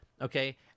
okay